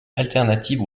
alternative